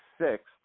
sixth